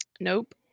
nope